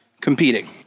competing